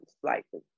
slightly